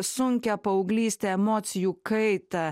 sunkią paauglystę emocijų kaitą